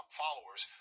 followers